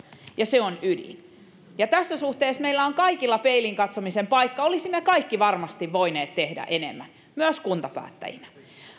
ja se on ydin tässä suhteessa meillä on kaikilla peiliin katsomisen paikka olisimme kaikki varmasti voineet tehdä enemmän myös kuntapäättäjinä